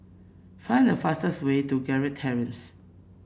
find the fastest way to Gerald Terrace